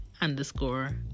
underscore